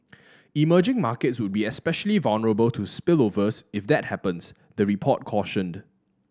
emerging markets would be especially vulnerable to spillovers if that happens the report cautioned